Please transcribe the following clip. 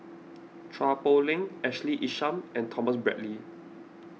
Chua Poh Leng Ashley Isham and Thomas Braddell